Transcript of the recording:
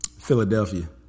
Philadelphia